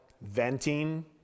venting